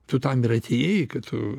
tu tam ir atejai kad tu